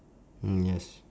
mm yes